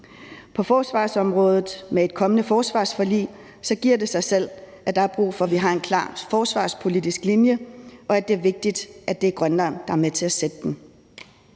På forsvarsområdet med et kommende forsvarsforlig giver det sig selv, at der er brug for, at vi har en klar forsvarspolitisk linje, og at det er vigtigt, at det er Grønland, der er med til at sætte den.